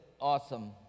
awesome